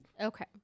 Okay